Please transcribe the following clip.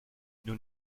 nous